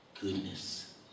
goodness